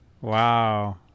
Wow